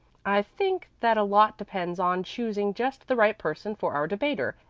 i think that a lot depends on choosing just the right person for our debater,